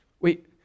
Wait